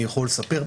אני יכול לספר,